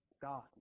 God